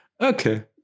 Okay